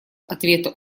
ответа